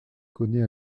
connaît